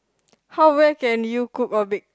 how well can you cook or bake